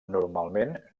normalment